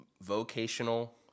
Vocational